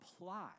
apply